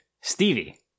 Stevie